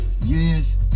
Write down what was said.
Yes